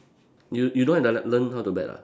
you you don't have the le~ learn how to bet ah